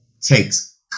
takes